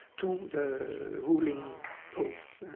to the ruling posts,